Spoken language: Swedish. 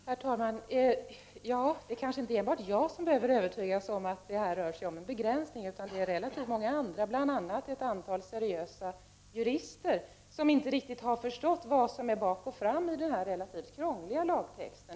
Herr talman! Det är kanske inte enbart jag som behöver övertygas om att det här rör sig om en begränsning. Det är många andra, bl.a. ett antal seriösa jurister, som inte riktigt har förstått vad som är bak och fram i denna relativt krångliga lagtext.